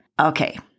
Okay